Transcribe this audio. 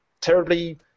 terribly